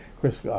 Chris